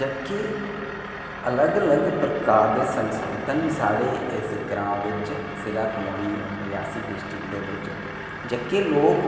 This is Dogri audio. जबकी अलग अलग प्रकार दे संसाधन साढ़े इस ग्रांऽ बेच कलोनी रियासी डिस्टिक दे बिच जद्के लोक